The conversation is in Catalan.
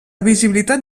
visibilitat